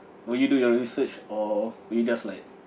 will you do your research or will you just like